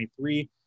23